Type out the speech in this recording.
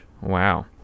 Wow